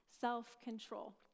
self-control